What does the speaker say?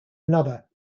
another